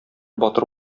батыр